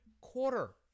quarter